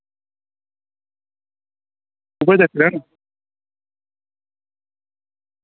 उऐ चक्कर ऐ ना